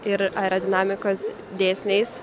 ir aerodinamikos dėsniais